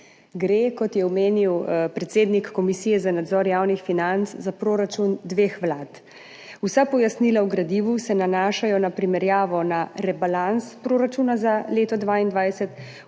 zboru. Kot je omenil predsednik Komisije za nadzor javnih financ, gre za proračun dveh vlad. Vsa pojasnila v gradivu se nanašajo na primerjavo na rebalans proračuna za leto 2022,